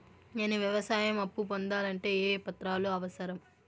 నేను వ్యవసాయం అప్పు పొందాలంటే ఏ ఏ పత్రాలు అవసరం?